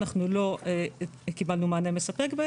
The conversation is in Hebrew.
אנחנו לא קיבלנו מענה מספק.